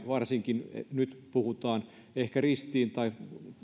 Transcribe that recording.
varsinkin kun nyt puhutaan ehkä ristiin tai